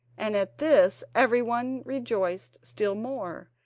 and at this everyone rejoiced still more,